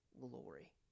glory